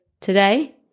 today